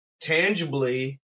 tangibly